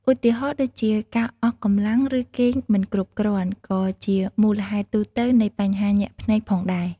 ឧទាហរណ៍ដូចជា ការអស់កម្លាំង ឬគេងមិនគ្រប់គ្រាន់ ក៏ជាមូលហេតុទូទៅនៃបញ្ហាញាក់ភ្នែកផងដែរ។